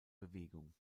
bewegung